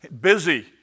busy